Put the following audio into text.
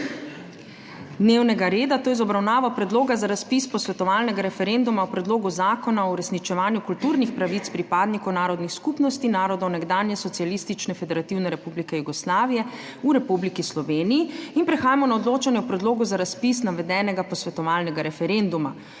dnevnega reda, to je z obravnavo Predloga za razpis posvetovalnega referenduma o Predlogu zakona o uresničevanju kulturnih pravic pripadnikov narodnih skupnosti narodov nekdanje Socialistične federativne Republike Jugoslavije v Republiki Sloveniji. Prehajamo na odločanje o predlogu za razpis navedenega posvetovalnega referenduma.